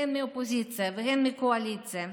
הן מהאופוזיציה והן מהקואליציה.